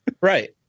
Right